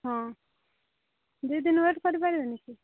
ହଁ ଦୁଇଦିନ ୱେଟ୍ କରି ପାରିବେନି କି